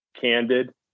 candid